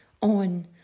on